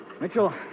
Mitchell